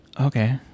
Okay